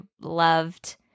loved